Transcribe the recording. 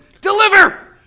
Deliver